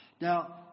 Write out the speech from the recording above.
Now